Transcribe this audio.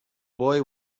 boy